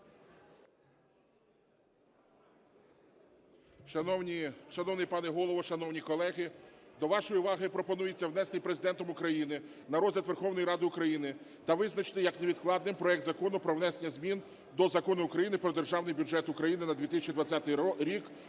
Шановний пане Голово, шановні колеги, до вашої уваги пропонується, внесений Президентом України на розгляд Верховної Ради України та визначений як невідкладний проект Закону про внесення змін до Закону України "Про Державний бюджет України на 2020 рік"